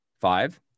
Five